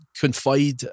confide